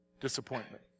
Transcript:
Disappointment